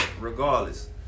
regardless